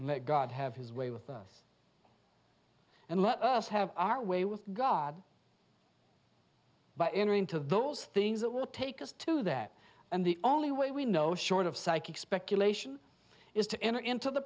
and let god have his way with us and let us have our way with god by entering into those things that will take us to that and the only way we know short of psychic speculation is to enter into the